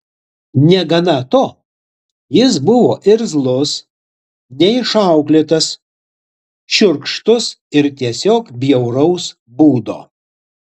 negana to jis buvo irzlus neišauklėtas šiurkštus ir tiesiog bjauraus būdo